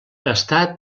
està